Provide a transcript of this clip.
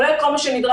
כולל כל מה שנדרש.